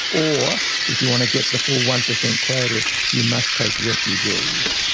or if you want to get the full one percent quota you must take refugees.